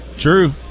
true